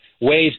ways